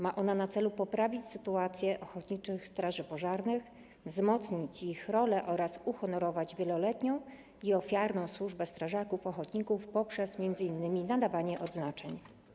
Ma ona na celu poprawienie sytuacji ochotniczych straży pożarnych, wzmocnienie ich roli oraz uhonorowanie wieloletniej ofiarnej służby strażaków-ochotników przez m.in. nadawanie im odznaczeń.